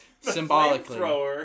Symbolically